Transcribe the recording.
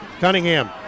Cunningham